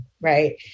right